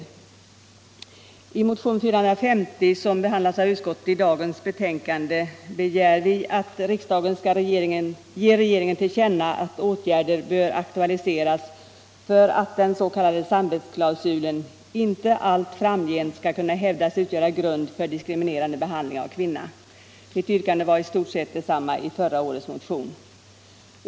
I motionen 1975/76:450, som behandlas av utskottet i dagens betänkande, begär vi att riksdagen skall ge regeringen till känna att åtgärder bör aktualiseras för att den s.k. samvetsklausulen inte allt framgent skall kunna hävdas utgöra grund för diskriminerande behandling av kvinna. Mitt yrkande var i stort sett detsamma i förra årets motion.